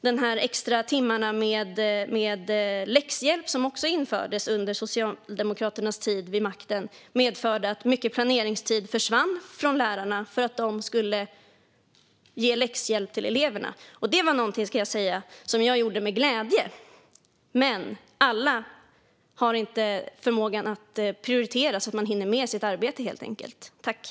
De extra timmarna med läxhjälp som också infördes under Socialdemokraternas tid vid makten medförde att mycket planeringstid försvann för lärarna eftersom de skulle hjälpa eleverna med läxor. Detta gjorde jag med glädje, men alla lärare har inte förmågan att prioritera så att man hinner med allt sitt arbete.